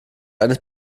eines